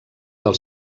del